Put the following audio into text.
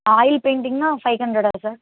oil பெயிண்டிங்கனா five ஹண்ட்ரடா sir